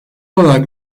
olarak